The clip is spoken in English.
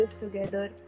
together